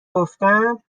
گفتم